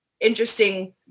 Interesting